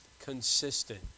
consistent